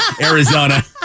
Arizona